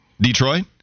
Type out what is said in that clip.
Detroit